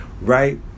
right